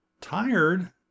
Tired